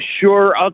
sure